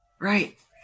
Right